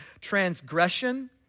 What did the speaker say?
Transgression